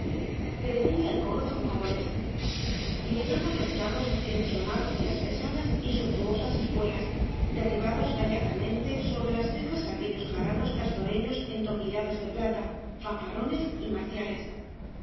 crecía el corro de jugadores llegaban los charros haciendo sonar las pesadas y suntuosas espuelas derribados gallardamente sobre las cejas aquellos jaranos castoreños entoquillados de plata fanfarrones y marciales